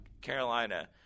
Carolina